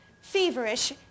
feverish